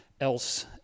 else